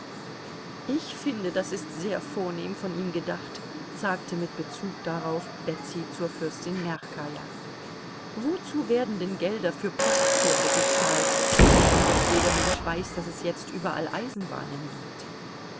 ich finde das ist sehr vornehm von ihm gedacht sagte mit bezug darauf betsy zur fürstin mjachkaja wozu werden denn gelder für postpferde gezahlt während doch jeder mensch weiß daß es jetzt überall eisenbahnen gibt